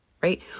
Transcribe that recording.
right